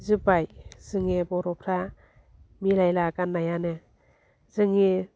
जोब्बाय जोंनि बर'फ्रा मिलायला गान्नायानो जोंनि